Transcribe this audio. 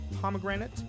pomegranate